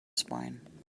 spine